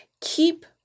Keep